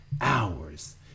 hours